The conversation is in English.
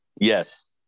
Yes